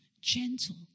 gentle